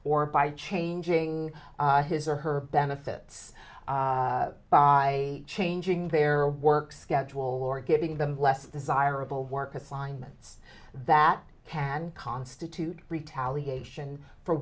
or by changing his or her benefits by changing their work schedule or giving them less desirable work assignments that can constitute retaliation for